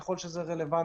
ככל שזה רלוונטי.